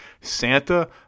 Santa